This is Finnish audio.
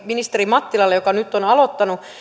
ministeri mattilalle joka nyt on aloittanut